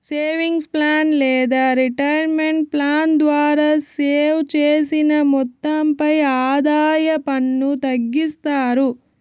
savings plan లేదా retirement plan ద్వారా save చేసిన మొత్తంపై ఆదాయ పన్ను తగ్గిస్తారు